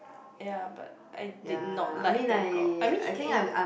ya but I did not like Bangkok I mean in